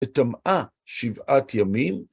וטמאה שבעת ימים.